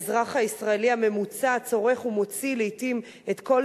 האזרח הישראלי הממוצע צורך ומוציא לעתים את כל